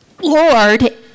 Lord